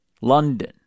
London